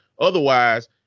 Otherwise